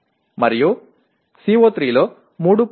మరియు CO3 లో 3